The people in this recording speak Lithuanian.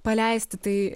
paleisti tai